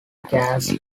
gas